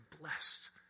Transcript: blessed